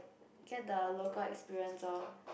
get the local experience orh